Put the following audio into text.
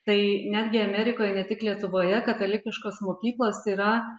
tai netgi amerikoj ne tik lietuvoje katalikiškos mokyklos yra